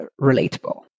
relatable